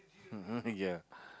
yeah